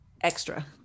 extra